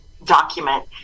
document